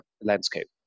landscape